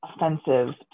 offensive